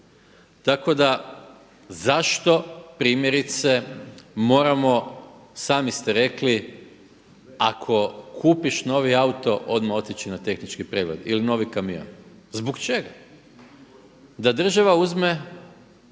Tako da zašto primjerice moramo sami ste rekli ako kupiš novi auto odmah otići na tehnički pregled ili novi kamion. Zbog čega da država uzme